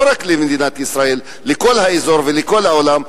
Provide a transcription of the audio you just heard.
לא רק למדינת ישראל אלא לכל האזור ולכל העולם,